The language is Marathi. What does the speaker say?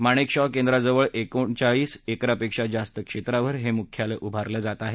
माणेकशॉ केंद्राजवळ एकोणचाळीस एकरपेक्षा जास्त क्षेत्रावर हे मुख्यालय उभारलं जात आहे